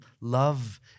love